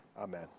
amen